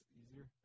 easier